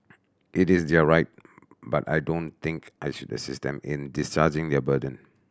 it is their right but I don't think I should assist them in discharging their burden